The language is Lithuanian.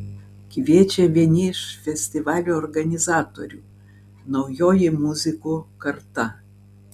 kviečia vieni iš festivalio organizatorių naujoji muzikų karta